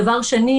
דבר שני,